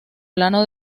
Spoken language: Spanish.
plano